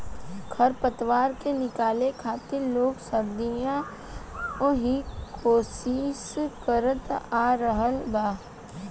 खर पतवार के निकाले खातिर लोग सदियों ही कोशिस करत आ रहल बा